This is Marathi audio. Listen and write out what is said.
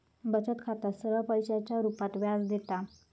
बचत खाता सरळ पैशाच्या रुपात व्याज देता